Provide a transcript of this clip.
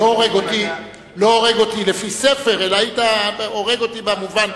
הורג אותי לפי ספר, אלא היית הורג אותי במובן